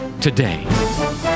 today